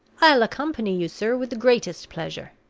i'll accompany you, sir, with the greatest pleasure.